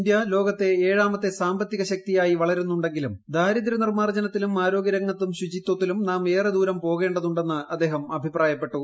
India ലോകത്തിലെ ഏഴാമത്തെ സാമ്പത്തിക ശക്തിയായി വളരുന്നുണ്ടെങ്കിലും ദാരിദ്ര്യ നിർമ്മാർജ്ജനത്തിലും ആരോഗ്യരംഗത്തും ശുചിത്വത്തിലും നാം ഏറെദൂരം പോകേണ്ടതുണ്ടെന്ന് അദ്ദേഹം അഭിപ്രായപ്പെട്ടു